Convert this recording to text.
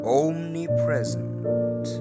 omnipresent